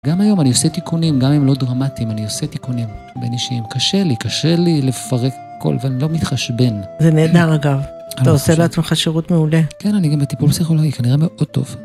גם היום אני עושה תיקונים, גם אם לא דרמטיים, אני עושה תיקונים בין אישיים. קשה לי, קשה לי לפרק הכל, ואני לא מתחשבן. זה נהדר, אגב. אתה עושה לעצמך שירות מעולה. כן, אני גם בטיפול פסיכולוגי, כנראה מאוד טוב.